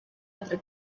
altre